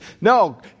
No